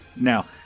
Now